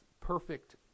perfect